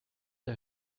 der